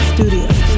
Studios